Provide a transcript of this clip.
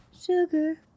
Sugar